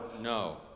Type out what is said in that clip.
no